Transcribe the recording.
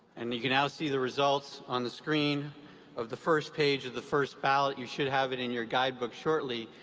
and you can now see the results on the screen of the first page of the first ballot. you should have it in your guidebook shortly.